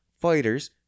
fighters